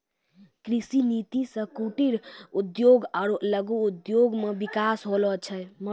कृषि नीति से कुटिर उद्योग आरु लघु उद्योग मे बिकास होलो छै